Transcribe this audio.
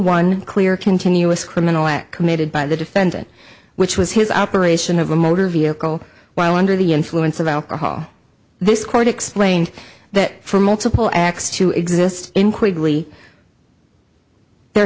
one clear continuous criminal act committed by the defendant which was his operation of a motor vehicle while under the influence of alcohol this quote explained that for multiple acts to exist in quickly there